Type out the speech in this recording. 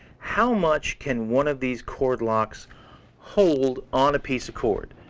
how much can one of these cord locks hold on a piece of cord?